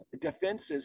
defenses